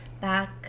back